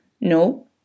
No